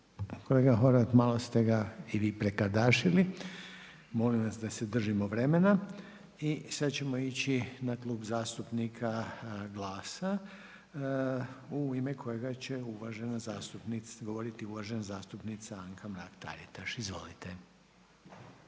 kolega Horvat malo ste ga i vi prekardašili. Molim vas da se držimo vremena. I sada ćemo ići na Klub zastupnika GLAS-a u ime kojega će govoriti uvažena zastupnica Anka Mrak-Taritaš. Izvolite.